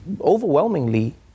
overwhelmingly